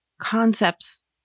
concepts